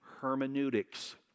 hermeneutics